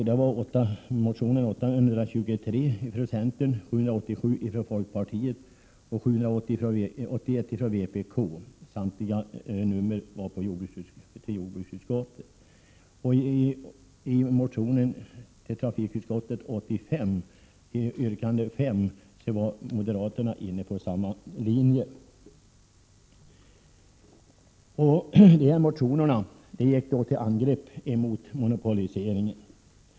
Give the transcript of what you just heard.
Det var motionerna 823 från centern, 787 från folkpartiet och 781 från vpk — samtliga dessa motioner hänvisades till jordbruksutskottet. I motionen T85, som alltså hänvisats till trafikutskottet, yrkande 5 var moderaterna inne på samma linje. I dessa motioner gick motionärerna till angrepp mot monopoliseringen.